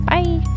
Bye